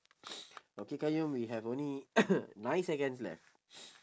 okay qayyum we have only nine seconds left